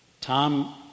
Tom